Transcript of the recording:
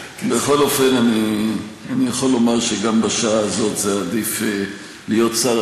אני יכול לומר שגם בשעה הזאת זה עדיף להיות שר